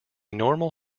normal